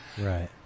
Right